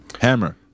Hammer